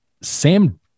Sam